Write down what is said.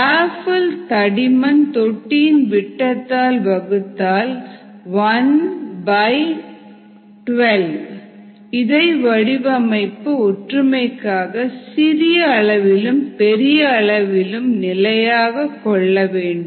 பாஃபில் தடிமன் தொட்டியின் விட்டத்தால் வகுத்தால் 112 இதை வடிவமைப்பு ஒற்றுமைக்காக சிறிய அளவிலும் பெரிய அளவிலும் நிலையாக கொள்ள வேண்டும்